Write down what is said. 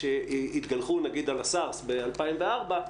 שהתגלחו על הסארס ב-2004,